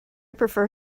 prefer